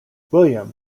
william